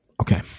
Okay